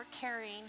carrying